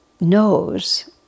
knows